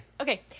okay